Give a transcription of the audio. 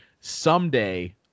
someday